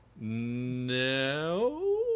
no